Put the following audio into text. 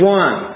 one